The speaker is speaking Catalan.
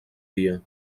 dia